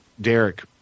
Derek